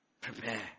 Prepare